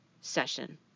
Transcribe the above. session